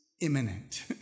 imminent